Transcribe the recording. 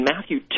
Matthew